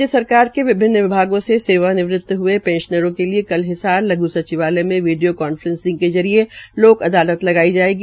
राज्य सरकार के विभिन्न विभागों से सेवानिवृत हये पेंशनरों के लिए कल हिसार लघ् सचिवाय में वीडियो कांफ्रेसिंग के जरिये लोक अदालत लगाई जायेगी